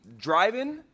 driving